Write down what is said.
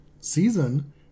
season